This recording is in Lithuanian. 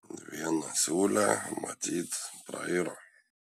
viena siūlė matyt prairo